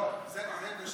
לא זה, זה